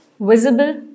visible